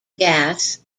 gas